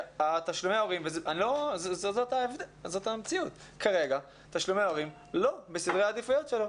תשלומי ההורים וזאת המציאות הם לא בסדרי העדיפויות שלו.